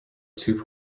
two